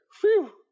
Phew